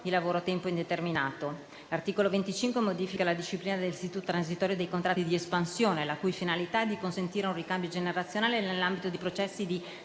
lavoro a tempo indeterminato. L'articolo 25 modifica la disciplina dell'istituto transitorio dei contratti di espansione, la cui finalità è di consentire un ricambio generazionale nell'ambito dei processi di